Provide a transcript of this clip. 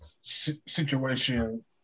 situation